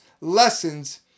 lessons